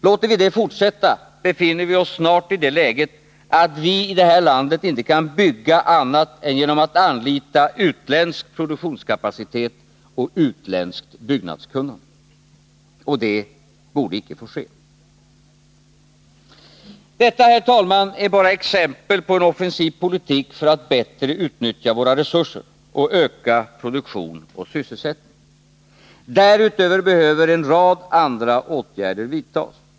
Låter vi det fortsätta befinner vi oss snart i det läget att vi här i landet inte kan bygga annat än genom att anlita utländsk produktionskapacitet och utländskt byggnadskunnande. Det borde inte få ske. Detta, herr talman, är bara exempel på en offensiv politik för att bättre utnyttja våra resurser och öka produktion och sysselsättning. Därutöver behöver en rad andra åtgärder vidtas.